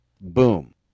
Boom